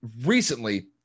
recently